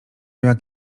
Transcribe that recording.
jak